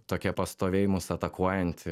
tokia pastoviai mus atakuojanti